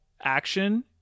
action